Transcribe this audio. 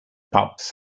pups